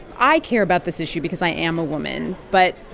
i care about this issue because i am a woman. but